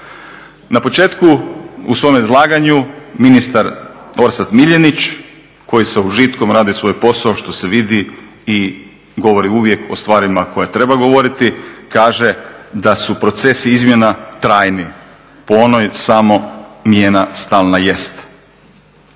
Na početku u svom izlaganju ministar Orsat Miljenić koji sa užitkom radi svoj posao što se vidi i govori uvijek o stvarima o kojima treba govoriti, kaže da su procesi izmjena trajni, … mijena stalna jest.